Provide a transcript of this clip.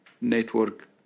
Network